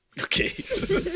Okay